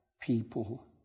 people